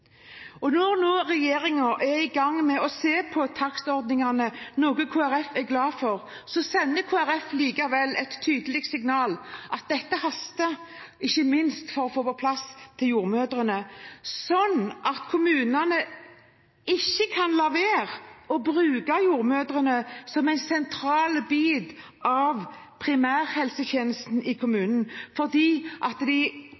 Når regjeringen nå er i gang med å se på takstordningen, noe Kristelig Folkeparti er glad for, sender Kristelig Folkeparti likevel et tydelig signal om at dette haster, ikke minst for å få dette på plass for jordmødrene, slik at kommunene ikke kan la være å bruke jordmødrene som en sentral bit av primærhelsetjenesten i kommunen ut fra pengehensyn: Jordmødrene får ikke den taksten de